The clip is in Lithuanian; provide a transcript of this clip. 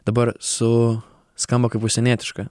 dabar su skamba kaip užsienietiška